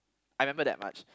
I remember that much